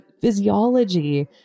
physiology